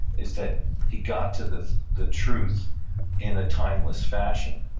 is that he got to the the truth in a timeless fashion.